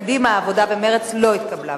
קדימה, העבודה ומרצ לא התקבלה.